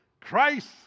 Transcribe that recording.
Christ